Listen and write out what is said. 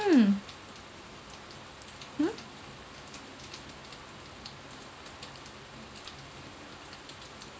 mm mm